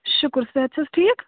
شُکُر صحت چھا حظ ٹھیٖک